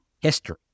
history